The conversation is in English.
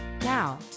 Now